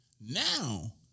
Now